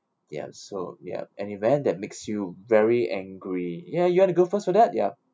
ya so ya an event that makes you very angry ya you want to go first for that ya